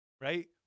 right